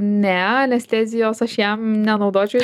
ne anestezijos aš jam nenaudočiau